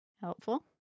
Helpful